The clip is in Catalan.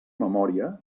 memòria